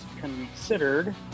Considered